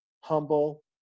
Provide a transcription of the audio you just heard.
humble